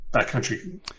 Backcountry